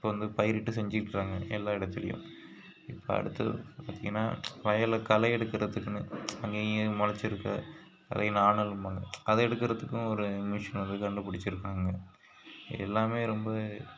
இப்போ வந்து பயிரிட்டு செஞ்சிட்டிருக்காங்க எல்லா இடத்துலியும் இப்போ அடுத்தது பார்த்தீங்கனா வயலில் களை எடுக்கறதுக்குன்னு அங்கேயும் இங்கேயும் முளச்சிருக்க களை நாணல்ம்பாங்க அதை எடுக்கறதுக்கும் ஒரு மிஷின் வந்து கண்டுபிடிச்சிருக்காங்க எல்லாமே ரொம்ப